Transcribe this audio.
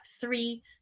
three